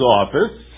office